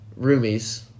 Roomies